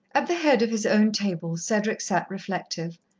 at the head of his own table, cedric sat reflective.